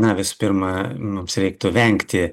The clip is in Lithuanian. na vis pirma mums reiktų vengti